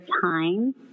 time